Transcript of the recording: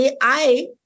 AI